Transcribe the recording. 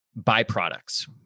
byproducts